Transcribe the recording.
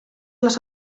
las